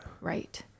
Right